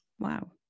wow